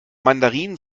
mandarin